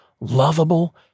lovable